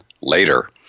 later